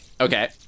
Okay